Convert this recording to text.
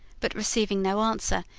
but receiving no answer,